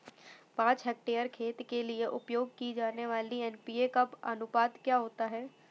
पाँच हेक्टेयर खेत के लिए उपयोग की जाने वाली एन.पी.के का अनुपात क्या होता है?